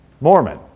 Mormon